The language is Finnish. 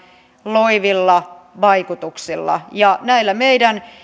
loivilla vaikutuksilla näillä meidän